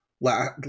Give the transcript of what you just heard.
last